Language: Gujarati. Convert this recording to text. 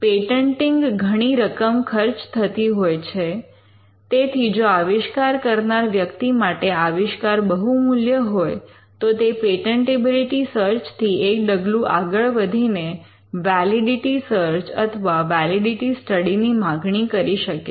પેટન્ટિંગ ઘણી રકમ ખર્ચ થતી હોય છે તેથી જો આવિષ્કાર કરનાર વ્યક્તિ માટે આવિષ્કાર બહુમૂલ્ય હોય તો તે પેટન્ટેબિલિટી સર્ચ થી એક ડગલું આગળ વધીને વૅલિડિટિ સર્ચ અથવા વૅલિડિટિ સ્ટડી ની માગણી કરી શકે છે